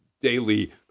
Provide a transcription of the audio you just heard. daily